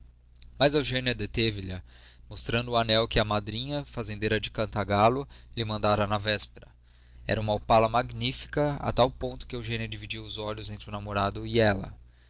mas eugênia deteve lha mostrando o anel que a madrinha fazendeira de cantagalo lhe mandara na véspera era uma opala magnífica a tal ponto que eugênia dividia os olhos entre o namorado e ela